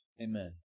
Amen